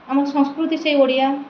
ଆମ ସଂସ୍କୃତି ସେ ଓଡ଼ିଆ